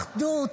אחדות.